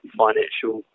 financial